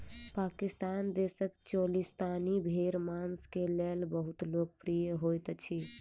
पाकिस्तान देशक चोलिस्तानी भेड़ मांस के लेल बहुत लोकप्रिय होइत अछि